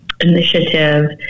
initiative